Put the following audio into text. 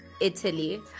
italy